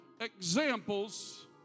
examples